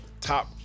top